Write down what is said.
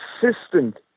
consistent